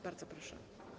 Bardzo proszę.